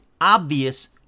obvious